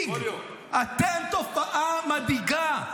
זה מדאיג, אתם תופעה מדאיגה.